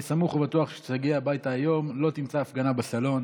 אני סמוך ובטוח שכשתגיע הביתה היום לא תמצא הפגנה בסלון